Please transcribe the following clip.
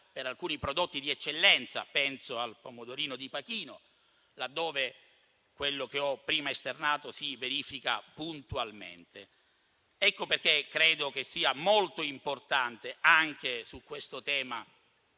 per alcuni prodotti di eccellenza (penso al pomodorino di Pachino), laddove quello che ho prima esternato si verifica puntualmente. Per questo credo che sia molto importante, anche su questo tema,